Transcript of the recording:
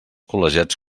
col·legiats